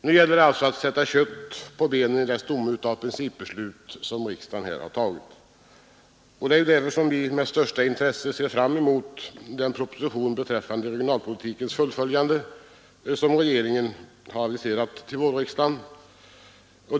Nu gäller det att sätta kött på benen i den stomme av principbeslut som riksdagen här har fattat, Det är därför som vi med största intresse ser fram emot den proposition beträffande regionalpolitikens fullföljande som regeringen har aviserat till vårriksdagen.